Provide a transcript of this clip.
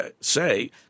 say